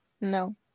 No